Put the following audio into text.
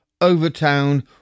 Overtown